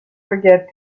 forget